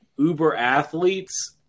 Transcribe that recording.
uber-athletes